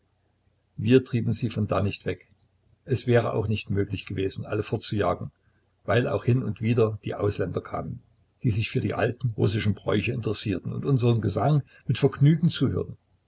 wir trieben sie von da nicht weg es wäre auch nicht möglich gewesen alle fortzujagen weil auch hin und wieder die ausländer kamen die sich für die alten russischen bräuche interessierten und unserem gesang mit vergnügen zuhörten